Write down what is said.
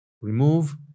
remove